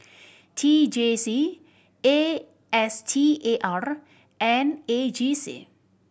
T J C A S T A R and A G C